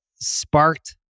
sparked